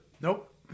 Nope